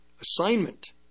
assignment